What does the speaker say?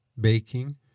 baking